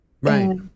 Right